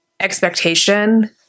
expectation